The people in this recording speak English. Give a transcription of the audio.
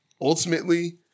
ultimately